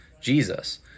Jesus